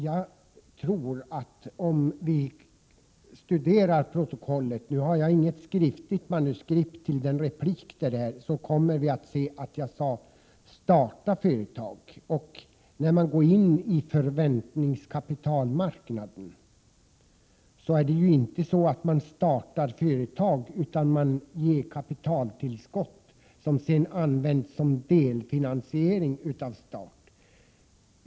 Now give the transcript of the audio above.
Jag tror dock att om vi studerar protokollet — jag har inget skriftligt manuskript till den replik det gäller — kommer vi att se att jag sade ”starta företag”. När man går in i förväntningskapitalmarknaden är det ju inte så att man startar företag utan man ger ett kapitaltillskott som sedan används som delfinansiering av starten.